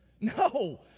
No